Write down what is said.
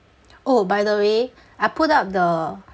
oh by the way I put up the